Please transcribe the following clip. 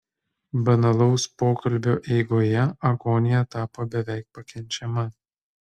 banalaus pokalbio eigoje agonija tapo beveik pakenčiama